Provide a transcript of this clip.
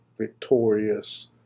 victorious